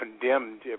condemned